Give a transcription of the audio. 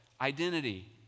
Identity